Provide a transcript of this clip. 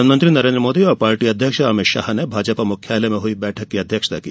प्रधानमंत्री नरेन्द्र मोदी और पार्टी अध्यक्ष अमित शाह ने भाजपा मुख्यालय में हुई बैठक की अध्यक्षता की